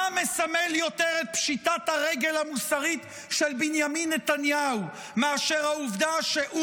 מה מסמל יותר את פשיטת הרגל המוסרית של בנימין נתניהו מאשר העובדה שהוא